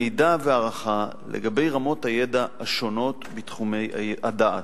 מידע והערכה לגבי רמות הידע השונות בתחומי הדעת.